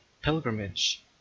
pilgrimage